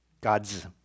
God's